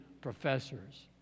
professors